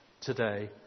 today